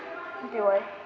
okay why